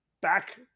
back